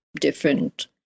different